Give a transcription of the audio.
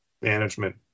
management